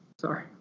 sorry